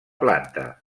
planta